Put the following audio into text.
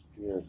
Yes